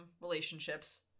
Relationships